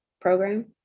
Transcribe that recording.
program